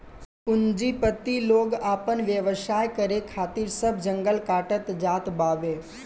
पूंजीपति लोग आपन व्यवसाय करे खातिर सब जंगल काटत जात बावे